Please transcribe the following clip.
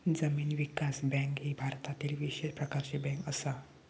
जमीन विकास बँक ही भारतातली विशेष प्रकारची बँक असा